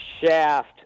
Shaft